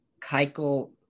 Keiko